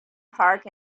park